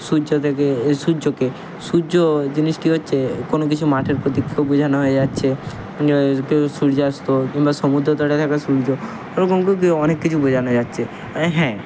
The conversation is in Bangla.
সূর্য থেকে এই সূর্যকে সূর্য জিনিসটি হচ্ছে কোনও কিছু মাঠের প্রতীক্ষা বোঝানো হয়ে যাচ্ছে কেউ সূর্যাস্ত কিংবা সমুদ্রতটে থাকা সূর্য ওরকম করে কি অনেক কিছু বোঝানো যাচ্ছে আর হ্যাঁ